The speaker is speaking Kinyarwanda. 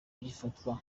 gifatwa